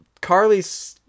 Carly's